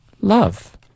Love